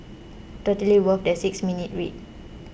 totally worth the six minutes read